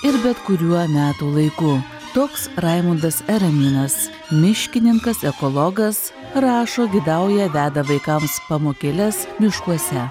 ir bet kuriuo metų laiku toks raimundas ereminas miškininkas ekologas rašo gidauja veda vaikams pamokėles miškuose